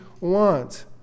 want